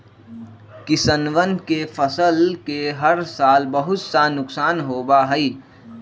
किसनवन के फसल के हर साल बहुत सा नुकसान होबा हई